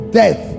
death